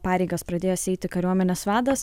pareigas pradėjęs eiti kariuomenės vadas